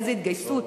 איזו התגייסות.